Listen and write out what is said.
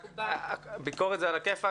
ביקורת זה יופי,